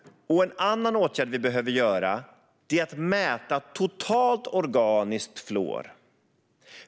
En annan åtgärd vi behöver vidta är att mäta totalt organiskt fluor.